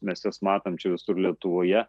mes jas matom čia visur lietuvoje